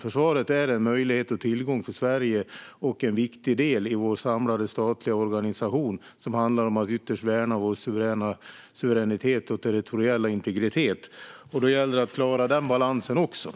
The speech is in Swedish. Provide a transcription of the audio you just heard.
Försvaret är en möjlighet och tillgång för Sverige och en viktig del i vår samlade statliga organisation som ytterst handlar om att värna vår suveränitet och territoriella integritet. Det gäller att klara också den balansen.